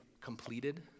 completed